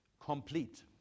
complete